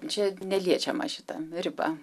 čia neliečiama šita riba